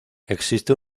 existe